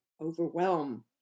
overwhelm